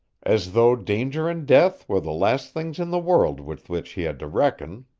as though danger and death were the last things in the world with which he had to reckon.